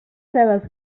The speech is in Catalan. cebes